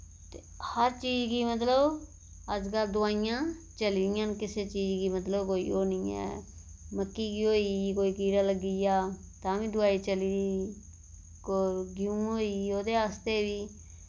ते हर चीज गी मतलब अज्जकल दोआइयां चली दियां न किसे चीज गी मतलब कोई ओह नेईं ऐ मक्की गी होई गेई कोई कीड़ा लग्गी आ तां बी दोआई चली दी को गेहूं होई गेई ओह्दे आस्तै बी